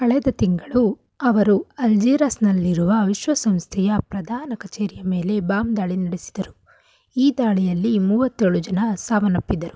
ಕಳೆದ ತಿಂಗಳು ಅವರು ಅಲ್ಜೀರಸ್ನಲ್ಲಿರುವ ವಿಶ್ವಸಂಸ್ಥೆಯ ಪ್ರಧಾನ ಕಚೇರಿಯ ಮೇಲೆ ಬಾಂಬ್ ದಾಳಿ ನಡೆಸಿದರು ಈ ದಾಳಿಯಲ್ಲಿ ಮೂವತ್ತೇಳು ಜನ ಸಾವನ್ನಪ್ಪಿದರು